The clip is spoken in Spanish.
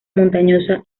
montañosa